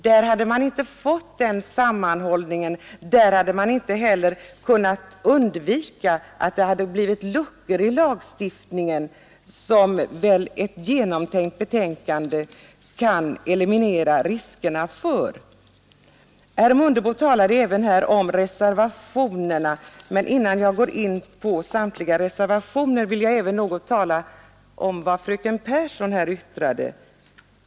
Då hade man inte fått en sammanhållen behandling. Inte heller hade man kunnat undvika att det blivit luckor i lagstiftningen — som ett genomtänkt betänkande kan eliminera riskerna för. Herr Mundebo talar här även om reservationerna, men innan jag går in på samtliga reservationer, vill jag något beröra vad fröken Pehrsson har sagt.